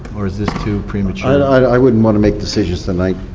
or is this too premature. i wouldn't want to make decisions tonight,